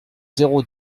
zéro